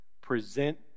present